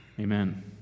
Amen